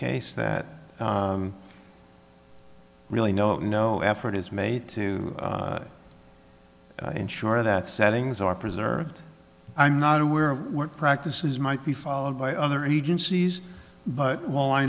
case that really no no effort is made to ensure that settings are preserved i'm not aware of what practices might be followed by other agencies but w